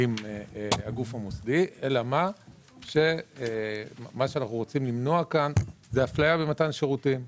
עם הגוף המוסדי אלא שמה שאנחנו רוצים למנוע כאן זאת הפליה במתן שירותים.